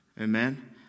Amen